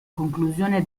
conclusione